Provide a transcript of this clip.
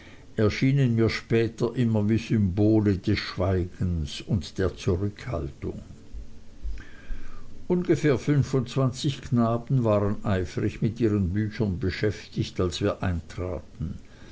erschienen mir später immer wie symbole des schweigens und der zurückhaltung ungefähr fünfundzwanzig knaben waren eifrig mit ihren büchern beschäftigt als wir eintraten